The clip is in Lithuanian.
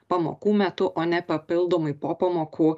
pamokų metu o ne papildomai po pamokų